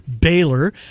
Baylor